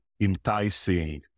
enticing